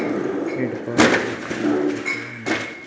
నీటి పారుదల వ్యవస్థలు ఎక్కడ ఎక్కువగా ఉన్నాయి?